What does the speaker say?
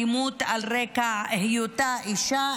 אלימות על רקע היותה אישה,